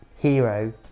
hero